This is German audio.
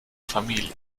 familie